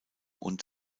und